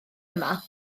yma